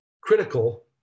critical